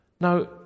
Now